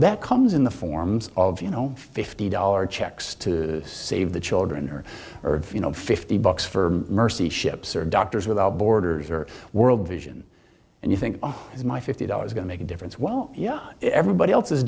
that comes in the forms of you know fifty dollars checks to save the children or you know fifty bucks for mercy ships or doctors without borders or world vision and you think is my fifty dollars going to make a difference well yeah everybody else is